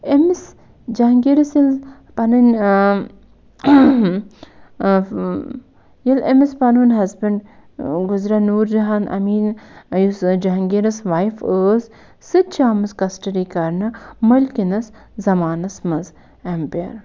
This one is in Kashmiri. أمِس جَہانگیٖرَس ییٚلہِ پَنٕنۍ ییٚلہِ أمِس پَنُن ہزبٮ۪نٛڈ گُزریو نوٗر جَہان أمیٖن یُس جَہانگیٖرَس وایِف ٲس سُہ تہِ چھِ آمٕژ کَسٹٔڈی کرنہٕ مٔلکِنَس زَمانَس منٛز اٮ۪مپِیر